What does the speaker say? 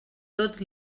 tot